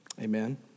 Amen